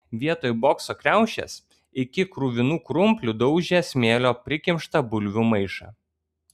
vietoj bokso kriaušės iki kruvinų krumplių daužė smėlio prikimštą bulvių maišą